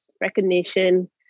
recognition